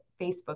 Facebook